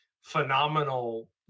phenomenal